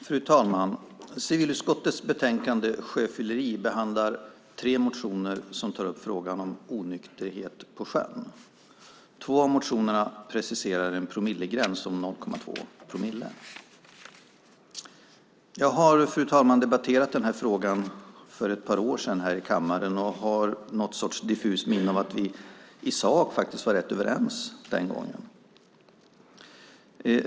Fru talman! Civilutskottets betänkande Sjöfylleri behandlar tre motioner som tar upp frågan om onykterhet på sjön. Två av motionerna preciserar en gräns om 0,2 promille. Jag debatterade, fru talman, denna fråga i kammaren för ett par år sedan. Jag har någon sorts diffust minne av att vi den gången i sak var rätt överens.